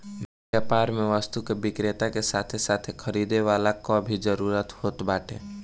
व्यापार में वस्तु के विक्रेता के साथे साथे खरीदे वाला कअ भी जरुरत होत बाटे